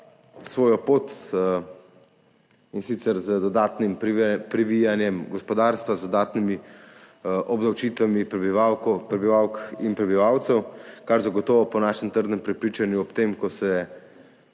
svojo pot, in sicer z dodatnim privijanjem gospodarstva, z dodatnimi obdavčitvami prebivalk in prebivalcev, kar zagotovo po našem trdnem prepričanju ob tem, ko se